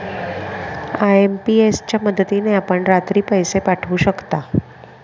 IMPS च्या मदतीने आपण रात्री पैसे पाठवू शकता